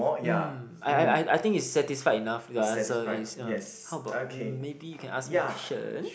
mm I I I I think is satisfied enough your answer is uh how about um maybe you can ask me a question